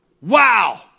Wow